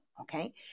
Okay